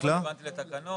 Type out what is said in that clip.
לא רלוונטי לתקנות.